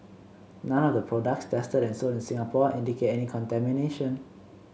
none of the products tested and sold in Singapore indicate any contamination